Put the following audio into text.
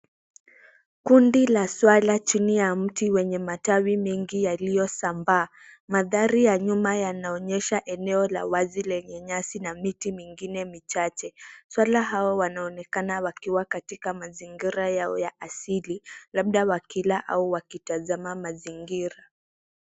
Kundi la swala chini ya mti wenye matawi mengi yaliyosambaa. Mandhari ya nyuma yanaonyesha eneo la wazi lenye nyasi na miti mingine michache. Swala hawa wanaonekana wakiwa katika mazingira yao ya asili labda wakila au wakitazama mazingira.